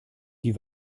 die